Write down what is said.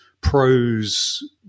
Pro's